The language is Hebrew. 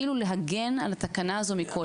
כאילו להגן על התקנה הזו מכל.